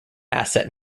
asset